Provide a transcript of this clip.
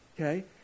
okay